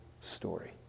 story